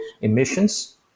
emissions